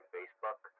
Facebook